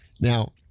Now